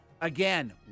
Again